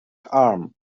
arm